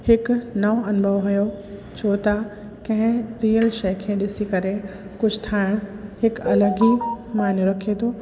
हिक नओं अनुभव हुओ छो त कंहिं रीअल शइ खे ॾिसी करे कुझु ठाहिण हिकु अलॻि ई मायने रखे थो